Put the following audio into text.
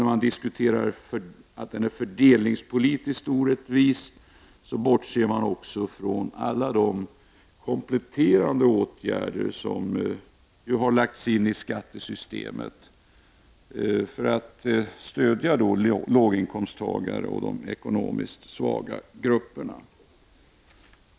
När man säger att skattereformen är fördelningspolitiskt orättvis bortser man ifrån alla de kompletterande åtgärder som ingår i skattesystemet för att stödja låginkomsttagare och de ekonomiskt svaga grupperna.